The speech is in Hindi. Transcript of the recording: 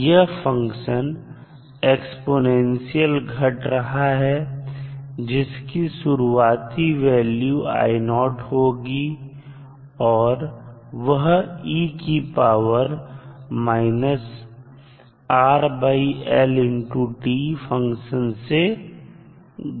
यह फंक्शन एक्स्पोनेंशियल घट रहा है जिसकी शुरुआती वैल्यू होगी और वह फंक्शन से घटेगा